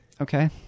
Okay